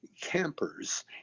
campers